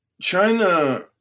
China